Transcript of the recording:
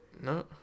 No